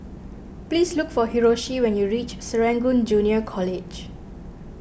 please look for Hiroshi when you reach Serangoon Junior College